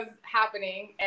happening